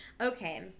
Okay